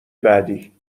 بعدی